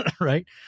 right